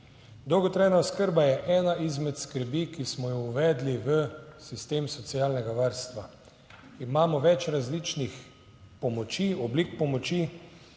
Dolgotrajna oskrba je ena izmed skrbi, ki smo jo uvedli v sistem socialnega varstva. Imamo več različnih pomoči,